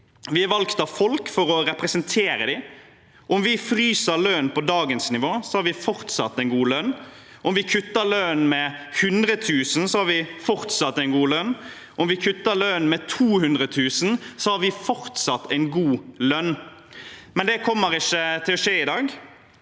Vi er valgt av folk for å representere dem. Om vi fryser lønnen på dagens nivå, har vi fortsatt en god lønn. Om vi kutter lønnen med 100 000 kr, har vi fortsatt en god lønn. Om vi kutter lønnen med 200 000 kr, har vi fortsatt en god lønn. Men det kommer ikke til å skje i dag